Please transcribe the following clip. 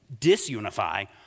disunify